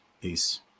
Peace